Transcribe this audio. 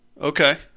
Okay